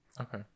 Okay